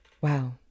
Wow